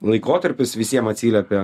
laikotarpis visiem atsiliepė